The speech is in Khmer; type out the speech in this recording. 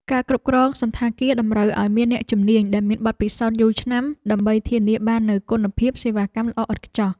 ការគ្រប់គ្រងសណ្ឋាគារតម្រូវឱ្យមានអ្នកជំនាញដែលមានបទពិសោធន៍យូរឆ្នាំ ដើម្បីធានាបាននូវគុណភាពសេវាកម្មល្អឥតខ្ចោះ។